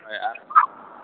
ᱦᱮᱸ ᱟᱨ